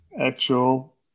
actual